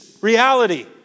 reality